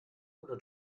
oder